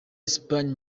espagne